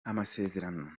amasezerano